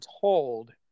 told